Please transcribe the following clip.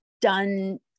done